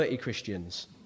Christians